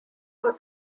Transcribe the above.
are